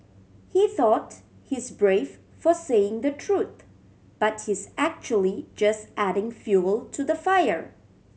he thought he's brave for saying the truth but he's actually just adding fuel to the fire